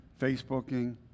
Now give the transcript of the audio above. Facebooking